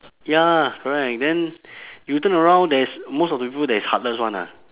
ya correct then you turn around there's most of the people that is heartless [one] ah